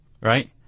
right